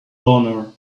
honor